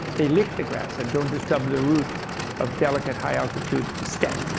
they lick the grass and don't disturb the root of delicate high altitude steppe.